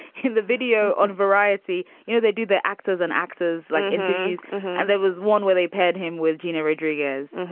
the video on variety. you know, they do the actors and actors like these and there was one where they paid him with gina rodriguez.